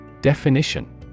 Definition